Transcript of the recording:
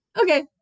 Okay